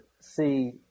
see